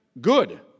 good